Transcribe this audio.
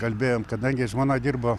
kalbėjom kadangi žmona dirbo